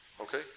Okay